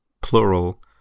plural